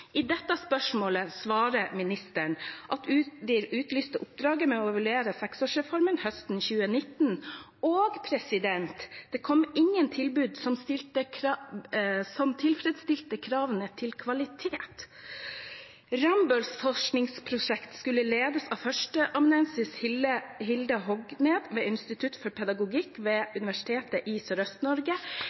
spørsmålet svarte ministeren: «Udir lyste ut oppdraget om å evaluere seksårsreformen første gang høsten 2019. Det kom ingen tilbud som tilfredsstilte kravene til kvalitet Rambølls forskningsprosjekt skulle ledes av førsteamanuensis Hilde Dehnæs Hogsnes ved institutt for pedagogikk ved Universitetet i